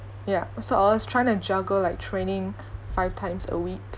ya so I was trying to juggle like training five times a week